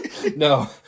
No